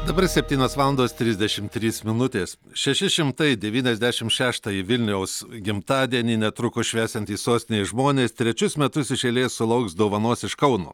dabar septynios valandos trisdešim trys minutės šeši šimtai devyniasdešim šeštąjį vilniaus gimtadienį netrukus švęsiantys sostinės žmonės trečius metus iš eilės sulauks dovanos iš kauno